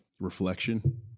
reflection